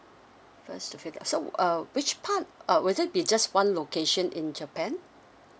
first to fifteen so uh which part uh would that be just one location in japan